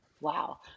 Wow